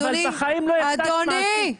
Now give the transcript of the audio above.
אבל בחיים לא ייצגת מעסיק.